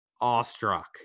awestruck